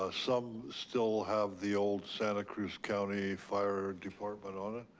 ah some still have the old santa cruz county fire department on it.